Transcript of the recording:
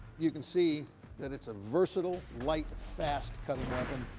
you can see that it's a versatile, light, fast cutting weapon.